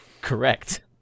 Correct